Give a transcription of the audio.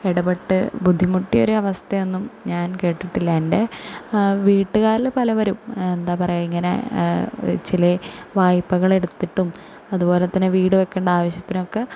ഇടപെട്ട് ബുദ്ധിമുട്ടി ഒരു അവസ്ഥയൊന്നും ഞാൻ കേട്ടിട്ടില്ല എൻ്റെ വീട്ടുകാരിൽ പലവരും എന്താണ് പറയുക ഇങ്ങനെ ചില വായ്പകളെടുത്തിട്ടും അതുപോലെ തന്നെ വീട് വയ്ക്കണ്ട ആവിശ്യത്തിനുമൊക്കെ